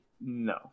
No